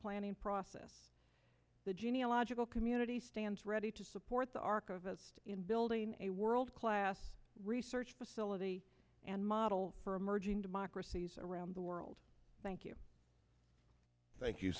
planning process the geneological community stands ready to support the arc of us in building a world class research facility and model for emerging democracies around the world thank you thank you